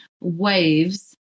waves